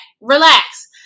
Relax